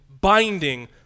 binding